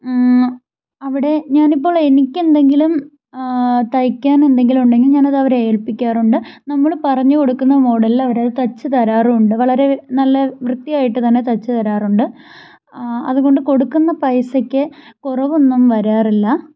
അവിടെ ഞാനിപ്പോൾ എനിക്കെന്തെങ്കിലും തയ്ക്കാനെന്തെങ്കിലും ഉണ്ടെങ്കിൽ ഞാനതവരെ ഏൽപ്പിക്കാറുണ്ട് നമ്മൾ പറഞ്ഞ് കൊടുക്കുന്ന മോഡലില് അവരത് തയ്ച്ച് തരാറുണ്ട് വളരെ നല്ല വൃത്തിയായിട്ട് തന്നെ തയ്ച്ച് തരാറുണ്ട് അതുകൊണ്ട് കൊടുക്കുന്ന പൈസക്ക് കുറവൊന്നും വരാറില്ല